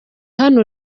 hano